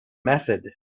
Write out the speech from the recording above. method